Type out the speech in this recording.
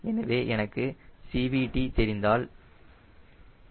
எனவே எனக்கு CVT தெரிந்தால் 0